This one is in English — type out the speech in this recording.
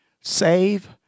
Save